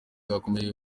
bakomeye